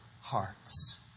hearts